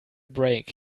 break